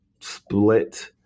split